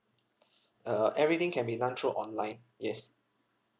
uh everything can be done through online yes